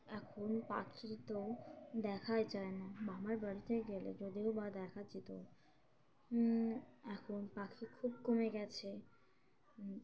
এখন পাখি তো দেখাই যায় না মামার বাড়িতে গেলে যদিও বা দেখা যেতো এখন পাখি খুব কমে গেছে